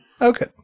okay